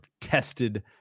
tested